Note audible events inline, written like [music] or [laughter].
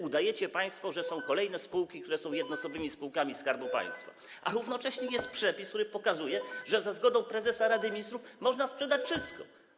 Udajecie państwo jak gdyby, [noise] że są kolejne spółki, które są jednoosobowymi spółkami Skarbu Państwa, a równocześnie jest przepis, który stanowi, że za zgodą prezesa Rady Ministrów można sprzedać wszystko.